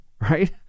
right